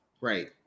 Right